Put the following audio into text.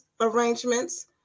arrangements